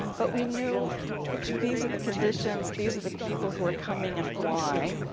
but we knew these are the conditions, these are the people who are coming and why.